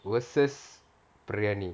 versus biryani